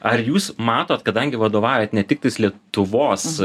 ar jūs matot kadangi vadovaujat ne tiktais lietuvos